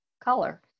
color